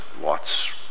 Watts